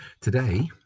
Today